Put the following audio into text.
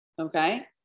okay